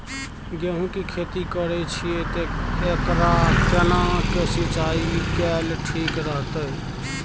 गेहूं की खेती करे छिये ते एकरा केना के सिंचाई कैल ठीक रहते?